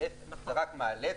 להיפך זה רק מעלה,